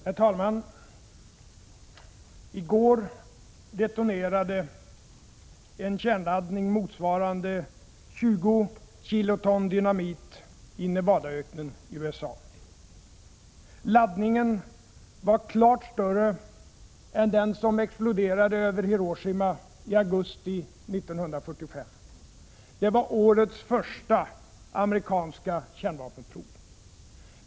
Herr talman! I går detonerades en kärnladdning motsvarande 20 kiloton dynamit i Nevadaöknen i USA. Laddningen var klart större än den som exploderade över Hiroshima i augusti 1945. Det var årets första amerikanska kärnvapenprov.